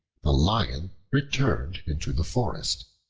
the lion returned into the forest.